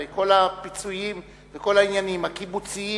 הרי כל הפיצויים וכל העניינים הקיבוציים,